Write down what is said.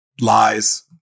lies